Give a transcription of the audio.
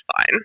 fine